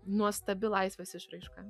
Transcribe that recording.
nuostabi laisvės išraiška